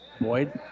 Boyd